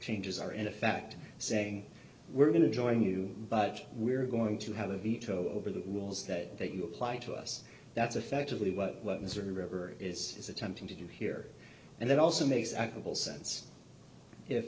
changes are in effect saying we're going to join you but we're going to have a veto over that wills that you apply to us that's effectively what missouri river is is attempting to do here and it also makes